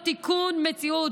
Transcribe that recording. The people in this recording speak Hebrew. אנחנו יכולים לעשות תיקון מציאות,